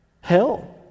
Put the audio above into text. Hell